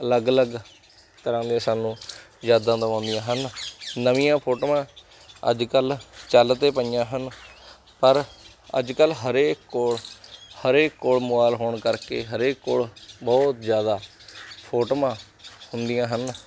ਅਲੱਗ ਅਲੱਗ ਤਰ੍ਹਾਂ ਦੇ ਸਾਨੂੰ ਯਾਦਾਂ ਦਵਾਉਂਦੀਆਂ ਹਨ ਨਵੀਆਂ ਫੋਟੋਆਂ ਅੱਜ ਕੱਲ ਚੱਲ ਤੇ ਪਈਆਂ ਹਨ ਪਰ ਅੱਜ ਕੱਲ ਹਰੇ ਕੋਲ ਹਰੇ ਕੋਲ ਮੋਬਾਇਲ ਹੋਣ ਕਰਕੇ ਹਰੇਕ ਕੋਲ ਬਹੁਤ ਜ਼ਿਆਦਾ ਫੋਟੋਆਂ ਹੁੰਦੀਆਂ ਹਨ